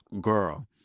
girl